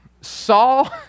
Saul